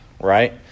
right